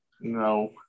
No